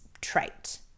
trait